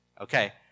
Okay